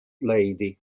lady